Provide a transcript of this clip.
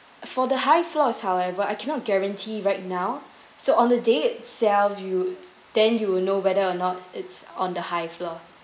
for the high floors however I cannot guarantee right now so on the day itself you then you will know whether or not it's on the high floor